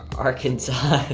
arkansas